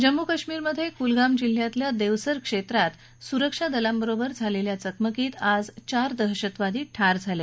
जम्मू कश्मीरमधे कुलगाम जिल्ह्यातल्या देवसर क्षेत्रात सुरक्षा दलांबरोबर झालेल्या चकमकीत आज चार दहशतवादी ठार झाले